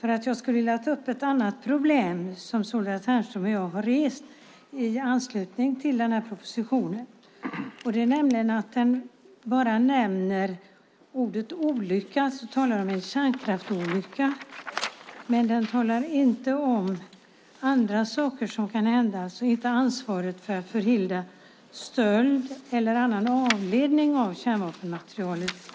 Jag vill ta upp en fråga som Solveig Ternström och jag har rest i anslutning till regeringens proposition. I propositionen nämns ordet olycka bara i avseendet kärnkraftsolycka, men det talas inte om ansvaret för att förhindra stöld eller annan avledning av kärnvapenmaterialet.